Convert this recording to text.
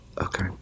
okay